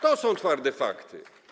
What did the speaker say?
To są twarde fakty.